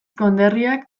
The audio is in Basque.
konderriak